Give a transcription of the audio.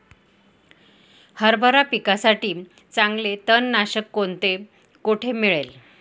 हरभरा पिकासाठी चांगले तणनाशक कोणते, कोठे मिळेल?